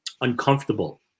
uncomfortable